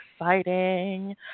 exciting